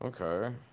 Okay